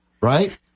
Right